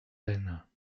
aisne